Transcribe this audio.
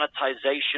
monetization